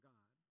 God